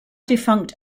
defunct